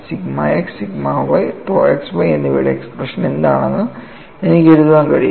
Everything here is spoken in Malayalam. sigma x sigma y tau xy എന്നിവയുടെ എക്സ്പ്രഷൻ എന്താണെന്ന് എനിക്ക് എഴുതാൻ കഴിയും